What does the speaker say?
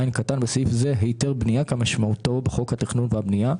בסעיף זה - "היתר בנייה" כמשמעותו בחוק התכנון והבנייה.